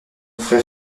frère